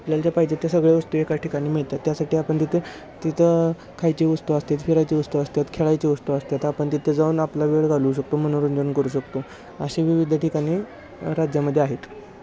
आपल्याला ज्या पाहिजेत त्या सगळ्या वस्तू एकाच ठिकाणी मिळतात त्यासाठी आपण तिथे तिथं खायची वस्तू असतात फिरायची वस्तू असतात खेळायची वस्तू असत्यात आपण तिथे जाऊन आपला वेळ घालवू शकतो मनोरंजन करू शकतो असे विविध ठिकानी राज्यामध्ये आहेत